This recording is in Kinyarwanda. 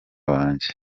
banjye